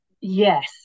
Yes